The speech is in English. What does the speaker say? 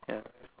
yeah